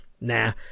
Nah